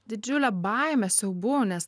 didžiule baime siaubu nes